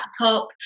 laptop